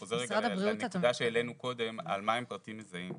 חוזר לנקודה שהעלינו קודם על מה הם פרטים מזהים.